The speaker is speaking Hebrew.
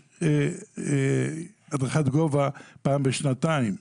הדרכת גבוה פעם בשנתיים.